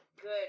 good